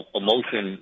emotion